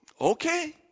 okay